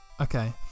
okay